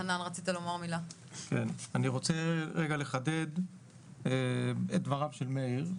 אני רוצה לחדד את דבריו של מאיר.